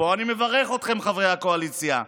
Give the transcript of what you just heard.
ופה אני מברך אתכם, חברי הקואליציה.